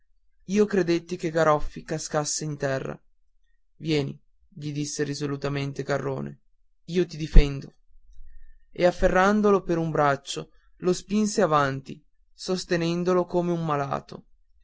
io credetti che garoffi cascasse in terra vieni gli disse risolutamente garrone io ti difendo e afferratolo per un braccio lo spinse avanti sostenendolo come un malato